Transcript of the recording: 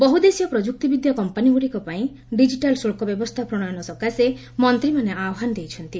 ବହୁଦେଶୀୟ ପ୍ରଯୁକ୍ତି ବିଦ୍ୟା କମ୍ପାନୀଗୁଡ଼ିକ ପାଇଁ ଡିଜିଟାଲ୍ ଶଳ୍କ ବ୍ୟବସ୍ଥା ପ୍ରଣୟନ ସକାଶେ ମନ୍ତ୍ରୀମାନେ ଆହ୍ୱାନ ଦେଇଛନ୍ତି